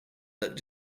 that